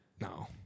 No